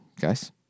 guys